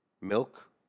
milk